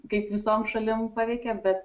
kaip visom šalim paveikė bet